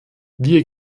wir